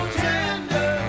tender